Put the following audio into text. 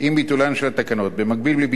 במקביל לביטולו הוקם בית-המשפט הצבאי